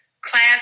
Class